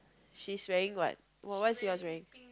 she's wearing what what's yours wearing